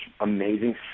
amazing